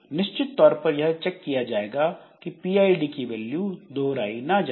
निश्चित तौर पर यह चेक किया जाएगा कि pid की वैल्यू दोहराई ना जाए